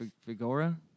Figura